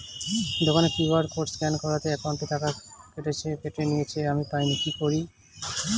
দোকানের QR code scan করাতে account থেকে টাকা কেটে নিয়েছে, আমি পাইনি কি করি?